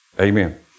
Amen